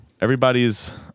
Everybody's